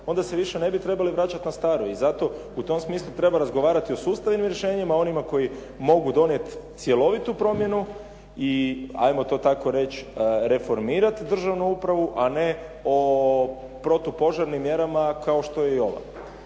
onda se više ne bi trebali vraćati na staro. I zato u tom smislu treba razgovarati o sustavnim rješenjima onima koji mogu donijeti cjelovitu promjenu i ajmo to tako reći reformirati državnu upravu a ne o protupožarnim mjerama kao što je i ova.